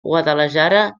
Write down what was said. guadalajara